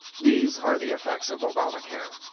these are the effects of obamacare.